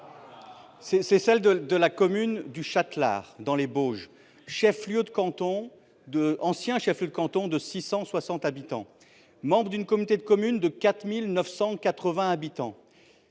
celle de la commune du Châtelard, dans les Bauges, ancien chef lieu de canton peuplé de 660 habitants et membre d’une communauté de communes de 4 980 habitants.